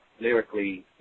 lyrically